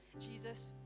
Jesus